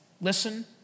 Listen